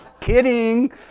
Kidding